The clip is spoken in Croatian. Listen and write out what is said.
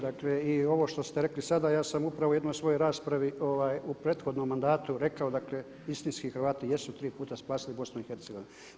Dakle i ovo što ste rekli sada, ja sam upravo u jednoj svojoj raspravi u prethodnom mandatu rekao, dakle istinski Hrvati jesu tri puta spasili BiH-a.